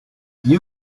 you